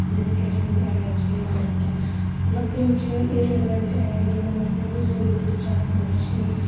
بِسکِٹَن ہٕندۍ چھِ یِوان وٕنکٮ۪ن مطلب تِم چھِ یِوان اِریلِوَنٹ ایڈ یِمن ہٕنز نہٕ ضروٗرتھٕے چھِ آسان وٕچِھنۍ